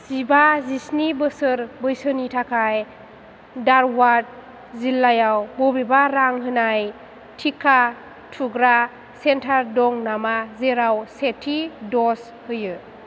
जिबा जिस्नि बोसोर बैसोनि थाखाय धारवाद जिल्लायाव बबेबा रां होनाय टिका थुग्रा सेन्टार दं नामा जेराव सेथि दज होयो